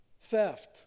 theft